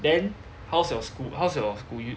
then how's your school how's your school you